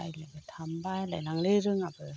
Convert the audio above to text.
आं रायज्लायबाय थानो बालाय लाङोलै रोङाबो